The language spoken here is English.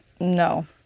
no